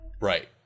Right